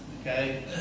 okay